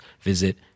visit